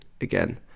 again